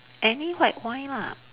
any white wine lah